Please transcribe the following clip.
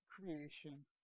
creation